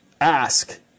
ask